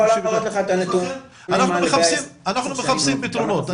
אנחנו מחפשים פתרונות,